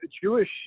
Jewish